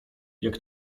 jak